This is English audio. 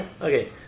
Okay